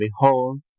Behold